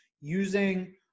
using